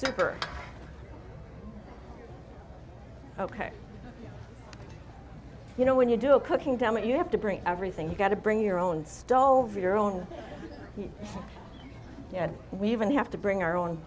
super ok you know when you do a cooking damage you have to bring everything you've got to bring your own stove your own you know we even have to bring our own